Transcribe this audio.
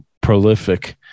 prolific